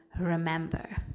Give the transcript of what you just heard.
remember